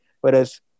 whereas